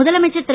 முதலமைச்சர் திரு